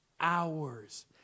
Hours